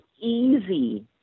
easy